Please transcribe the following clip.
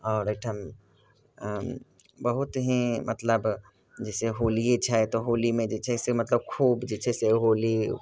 आओर एहिठाम बहुत ही मतलब जइसे होलिए छै तऽ होलीमे जे छै से मतलब खूब जे छै से होली